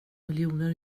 miljoner